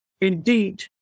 Indeed